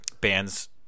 bands